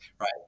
right